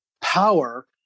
power